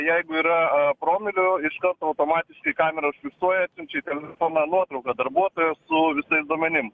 jeigu yra a promilių iškart automatiškai kamera užfiksuoja atsiunčią į telefoną nuotrauką darbuotojos su visais duomenim